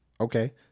Okay